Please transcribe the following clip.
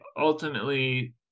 ultimately